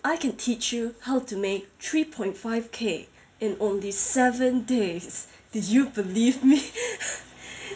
I can teach you how to make three point five K in only seven days do you believe me